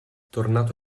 tornato